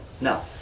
No